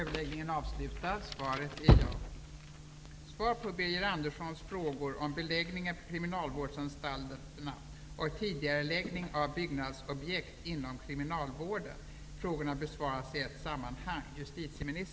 Beläggningen på kriminalvårdsanstalterna och häktena är mycket hög. Beläggningssituationen har blivit oacceptabel och riskerar att ytterligare förvärras.